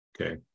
Okay